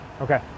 Okay